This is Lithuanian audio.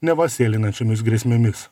neva sėlinančiomis grėsmėmis